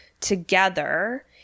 together